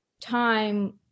time